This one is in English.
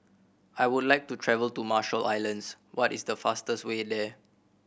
I would like to travel to Marshall Islands what is the fastest way there